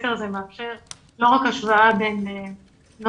הסקר הזה מאפשר לא רק השוואה בין נוער